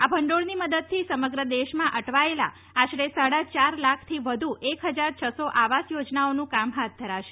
આ ભંડોળની મદદથી સમગ્ર દેશમાં અટવાયેલા આશરે સાડા યાર લાખથી વધુ એક હજાર છસ્સો આવાસ યોજનાઓનું કામ હાથ ધરાશે